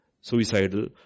suicidal